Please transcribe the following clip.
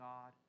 God